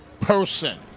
person